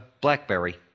blackberry